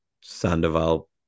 Sandoval